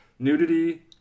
Nudity